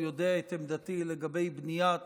הוא יודע את עמדתי לגבי בניית